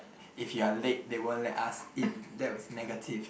if you are late they won't let us in that was negative